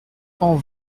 cent